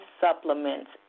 supplements